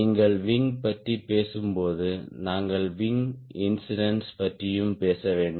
நீங்கள் விங் பற்றி பேசும்போது நாங்கள் விங் இன்ஸிடென்ஸ் பற்றியும் பேச வேண்டும்